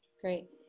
Great